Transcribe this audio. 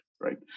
right